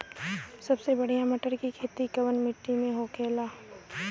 सबसे बढ़ियां मटर की खेती कवन मिट्टी में होखेला?